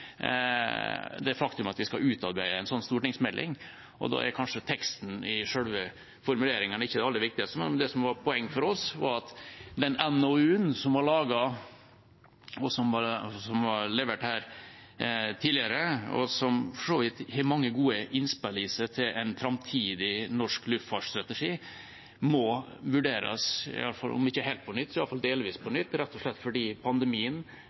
det faktum at vi skal utarbeide en slik stortingsmelding. Da er kanskje ikke teksten i selve formuleringen det aller viktigste. Det som var poenget for oss, var at den NOU-en som ble laget og levert her tidligere, og som for så vidt har mange gode innspill i seg til en framtidig norsk luftfartsstrategi, må vurderes om ikke helt på nytt, så i alle fall delvis på nytt, rett og slett fordi pandemien